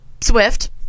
Swift